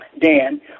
Dan